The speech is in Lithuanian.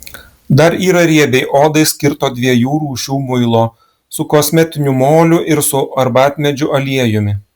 dar yra riebiai odai skirto dviejų rūšių muilo su kosmetiniu moliu ir su arbatmedžių aliejumi